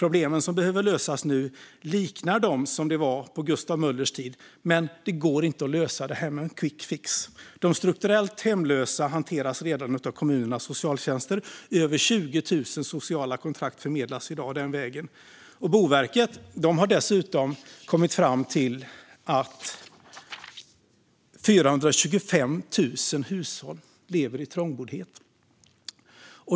Problemen som behöver lösas nu liknar dem som fanns på Gustav Möllers tid, men man kan inte lösa det här med en quickfix. De strukturellt hemlösa hanteras redan av kommunernas socialtjänster. Över 20 000 sociala kontrakt förmedlas i dag den vägen. Boverket har dessutom kommit fram till att 425 000 hushåll lever i trångboddhet.